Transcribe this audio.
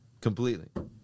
Completely